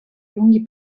lunghi